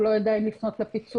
הוא לא יודע אם לפנות לפיצו"ח,